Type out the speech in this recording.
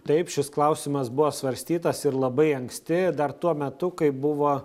taip šis klausimas buvo svarstytas ir labai anksti dar tuo metu kai buvo